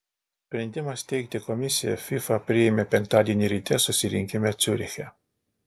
sprendimą steigti komisiją fifa priėmė penktadienį ryte susirinkime ciuriche